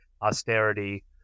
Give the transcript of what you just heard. austerity